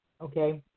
Okay